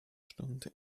stunde